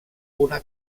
una